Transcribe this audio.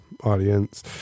audience